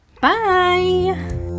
Bye